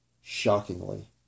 shockingly